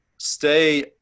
stay